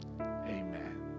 Amen